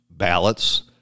ballots